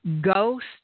Ghost